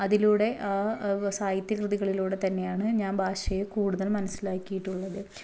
അതിലൂടെ സാഹിത്യ കൃതികളിലൂടെ തന്നെയാണ് ഞാൻ ഭാഷയെ കൂടുതൽ മനസ്സിലാക്കിയിട്ടുള്ളത്